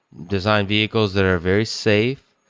design vehicles that are very safe,